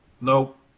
Nope